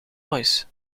royce